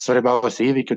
svarbiausių įvykių